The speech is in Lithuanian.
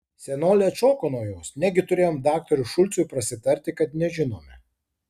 senolė atšoko nuo jos negi turėjome daktarui šulcui prasitarti kad nežinome